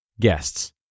Guests